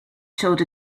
showed